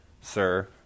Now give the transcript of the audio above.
sir